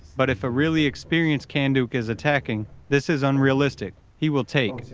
but if a really experienced kanduk is attacking, this is unrealistic. he will take.